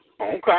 Okay